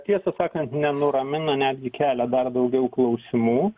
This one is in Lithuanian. tiesą sakant nenuramina netgi kelia dar daugiau klausimų